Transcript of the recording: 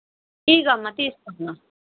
ఇదిగో అమ్మా తీసుకో అమ్మా